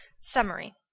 Summary